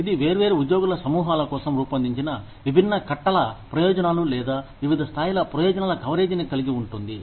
ఇది వేర్వేరు ఉద్యోగుల సమూహాల కోసం రూపొందించిన విభిన్న కట్టల ప్రయోజనాలు లేదా వివిధ స్థాయిల ప్రయోజనాల కవరేజిని కలిగి ఉంటుంది